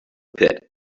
pit